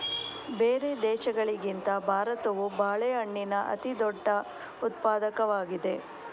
ಬೇರೆ ದೇಶಗಳಿಗಿಂತ ಭಾರತವು ಬಾಳೆಹಣ್ಣಿನ ಅತಿದೊಡ್ಡ ಉತ್ಪಾದಕವಾಗಿದೆ